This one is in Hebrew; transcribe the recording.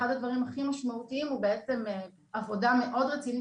אחד הדברים הכי משמעותיים הוא בעצם עבודה מאוד רצינית